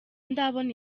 ndabona